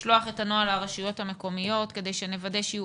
לשלוח את הנוהל לרשויות המקומיות כדי שנוודא שיהיו